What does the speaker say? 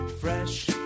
Fresh